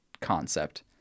concept